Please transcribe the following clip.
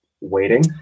Waiting